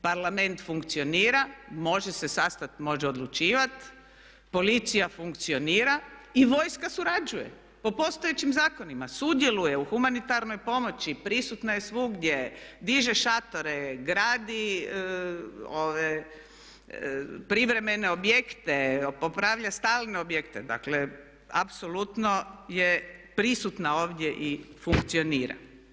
Parlament funkcionira, može se sastati, može odlučivati, policija funkcionira i vojska surađuje po postojećim zakonima sudjeluje u humanitarnoj pomoći, prisutna je svugdje, diže šatore, gradi privremene objekte, popravlja stalne objekte, dakle apsolutno je prisutna ovdje i funkcionira.